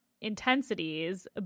intensities